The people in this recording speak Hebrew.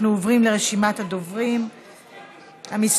אנחנו עוברים לרשימת הדוברים המסתייגים.